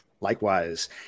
Likewise